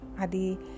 adi